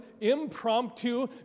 impromptu